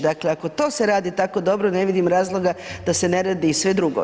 Dakle, ako to se radi tako dobro ne vidim razloga da se ne radi i sve drugo.